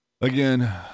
again